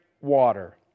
water